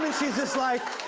and she's just like.